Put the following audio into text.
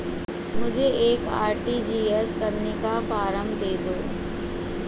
मुझे एक आर.टी.जी.एस करने का फारम दे दो?